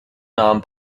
nahm